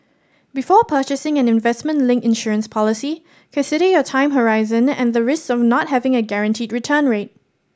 before purchasing an investment linked insurance policy consider your time horizon and the risk of not having a guaranteed return rate